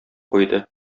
куйды